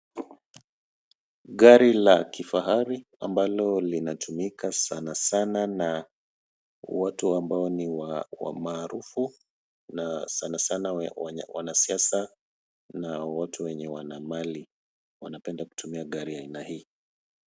Gari la kifahari ambalo linatumika sana sana na watu ambao ni wa maarufu na sana sana wanasiasa na watu wenye wana mali. Wanapenda kutumia gari aina hii.